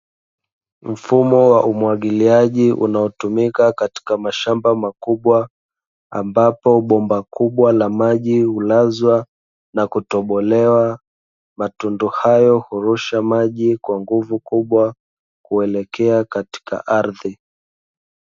Mfumo wa umwagiliaji unaotumika katika mashamba makubwa, ambapo bomba kubwa la maji hulazwa na kutobolewa, matundu hayo hurusha maji kwa nguvu kubwa kuelekea katika ardhi.